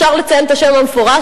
אפשר לציין את השם המפורש,